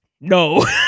No